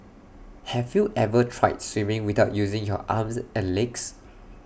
have you ever tried swimming without using your arms and legs